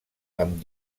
amb